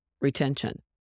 retention